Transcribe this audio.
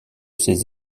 ses